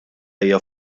hija